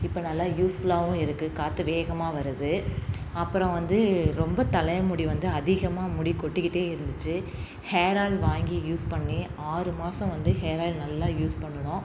இப்போ நல்லா யூஸ்ஃபுல்லாகவும் இருக்கு காற்று வேகமாக வருது அப்புறம் வந்து ரொம்ப தலை முடி வந்து அதிகமாக முடி கொட்டிக்கிட்டே இருந்துச்சு ஹேர் ஆயில் வாங்கி யூஸ் பண்ணி ஆறு மாதம் வந்து ஹேர் ஆயில் நல்லா யூஸ் பண்ணினோம்